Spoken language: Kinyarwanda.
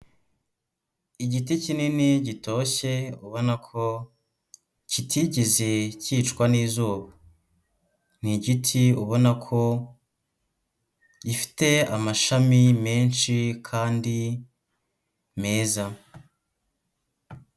Igiti kinini gitoshye ubona ko kitigeze cyicwa n'izuba. Ni igiti ubona ko gifite amashami menshi kandi meza.